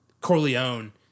Corleone